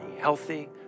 healthy